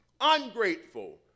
ungrateful